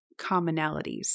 commonalities